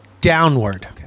downward